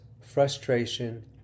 frustration